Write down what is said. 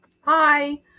Hi